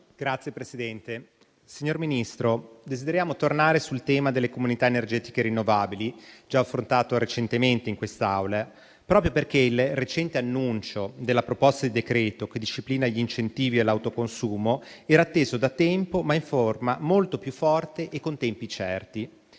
*(PD-IDP)*. Signor Ministro, desideriamo tornare sul tema delle comunità energetiche rinnovabili, già affrontato recentemente in quest'Aula, proprio perché il recente annuncio della proposta di decreto, che disciplina gli incentivi all'autoconsumo, era atteso da tempo ma in forma molto più forte e con tempi certi.